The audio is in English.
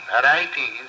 varieties